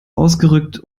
ausgerückt